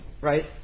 right